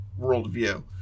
worldview